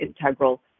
integral